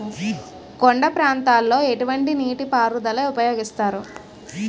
కొండ ప్రాంతాల్లో ఎటువంటి నీటి పారుదల ఉపయోగిస్తారు?